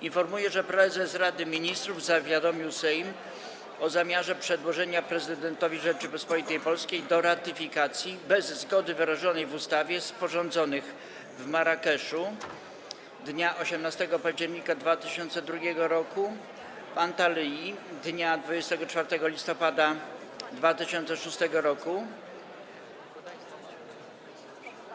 Informuję, że prezes Rady Ministrów zawiadomił Sejm o zamiarze przedłożenia prezydentowi Rzeczypospolitej Polskiej do ratyfikacji, bez zgody wyrażonej w ustawie, sporządzonych: w Marrakeszu dnia 18 października 2002 r., w Antalyi dnia 24 listopada 2006 r.